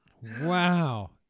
wow